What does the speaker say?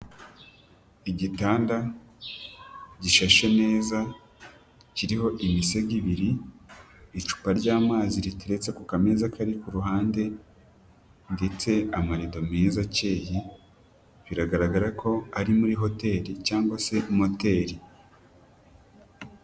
Igitanda gisheshe neza kiriho imisego ibiri, icupa ryamazi riteretse ku kameza kari ku ruhande ndetse amarido meza akeye biragaragara ko ari muri hoteli cyangwag se moteli.